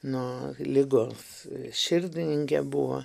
nuo ligos širdininkė buvo